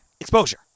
exposure